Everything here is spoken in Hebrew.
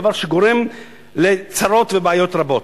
דבר שגורם לצרות ובעיות רבות,